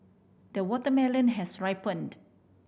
the watermelon has ripened